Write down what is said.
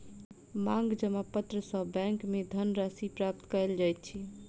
मांग जमा पत्र सॅ बैंक में धन राशि प्राप्त कयल जाइत अछि